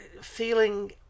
feeling